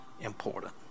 important